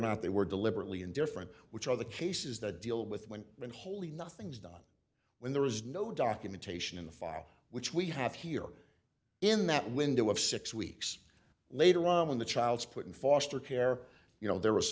not they were deliberately indifferent which are the cases that deal with when when holy nothing's done when there is no documentation in the file which we have here in that window of six weeks later when the child is put in foster care you know there was